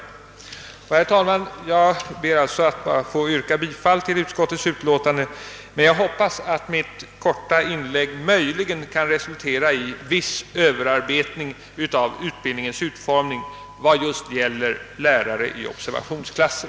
Jag ber alltså, herr talman, att få yrka bifall till utskottsutlåtandet, men jag hoppas att mitt korta inlägg möjligen kan resultera i viss överbearbetning av utbildningens utformning vad gäller lärare i observationsklasser.